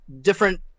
different